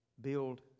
build